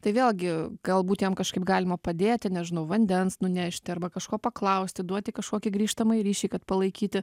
tai vėlgi galbūt jam kažkaip galima padėti nežinau vandens nunešti arba kažko paklausti duoti kažkokį grįžtamąjį ryšį kad palaikyti